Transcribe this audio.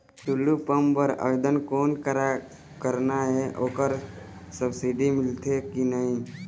Tullu pump बर आवेदन कोन करा करना ये ओकर सब्सिडी मिलथे की नई?